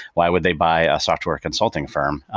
why would they buy a software consulting firm?